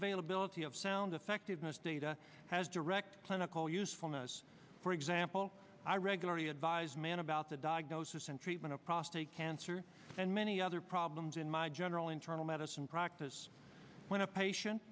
availability of sound effectiveness data has direct clinical usefulness for example i regularly advise man about the diagnosis and treatment of prostate cancer and many other problems in my general internal medicine practice when a patient